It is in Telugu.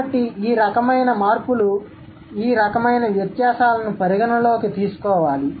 కాబట్టి ఈ రకమైన మార్పులుఈ రకమైన వ్యత్యాసాలను పరిగణనలోకి తీసుకోవాలి